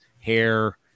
hair